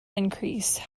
increase